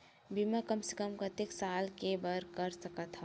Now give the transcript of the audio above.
बीमा कम से कम कतेक साल के बर कर सकत हव?